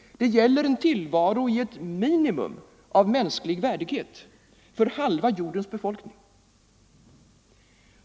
Det gäller en tillvaro i ett minimum av mänsklig värdighet för halva jordens befolkning.